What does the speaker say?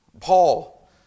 Paul